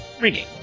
ringing